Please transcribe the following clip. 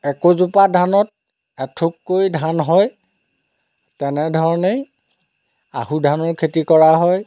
একো জোপা ধানত এঠোককৈ ধান হয় তেনেধৰণেই আহু ধানৰ খেতি কৰা হয়